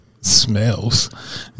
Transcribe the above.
Smells